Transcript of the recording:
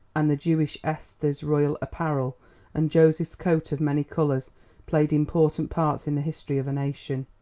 and the jewish esther's royal apparel and joseph's coat of many colours played important parts in the history of a nation.